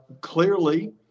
clearly